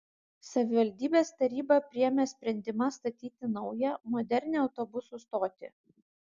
savivaldybės taryba priėmė sprendimą statyti naują modernią autobusų stotį